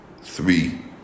three